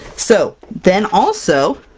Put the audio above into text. so then, also